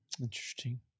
Interesting